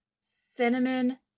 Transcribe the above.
cinnamon